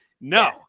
no